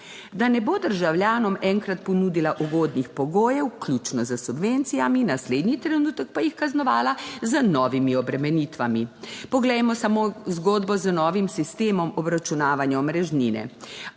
da ne bo državljanom enkrat ponudila ugodnih pogojev, vključno s subvencijami, naslednji trenutek pa jih kaznovala z novimi obremenitvami. Poglejmo samo zgodbo z novim sistemom obračunavanja omrežnine.